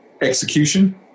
execution